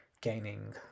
gaining